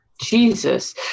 Jesus